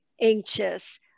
anxious